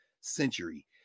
century